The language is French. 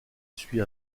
suit